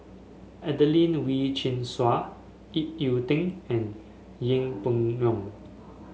Adelene Wee Chin Suan Ip Yiu Tung and Yeng Pway Ngon